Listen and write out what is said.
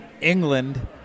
England